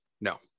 No